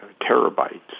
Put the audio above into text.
terabytes